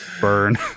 Burn